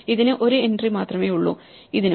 ഇതിന് ഒരു എൻട്രി മാത്രമേയുള്ളൂ ഇതിനും